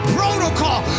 protocol